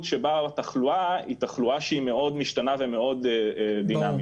שבה התחלואה היא תחלואה שהיא מאוד משתנה ומאוד דינמית,